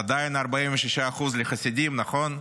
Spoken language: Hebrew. עדיין 46% לחסידים, נכון?